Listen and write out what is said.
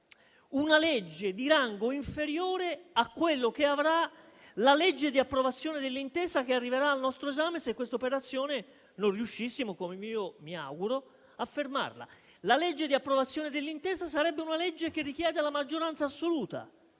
una legge di rango inferiore a quello che avrà la legge di approvazione dell'intesa, che arriverà al nostro esame se noi non riuscissimo - come io mi auguro - a fermare questa operazione. La legge di approvazione dell'intesa sarebbe una legge che richiede la maggioranza assoluta